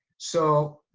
so,